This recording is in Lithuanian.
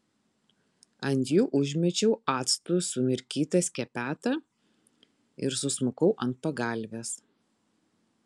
ant jų užmečiau actu sumirkytą skepetą ir susmukau ant pagalvės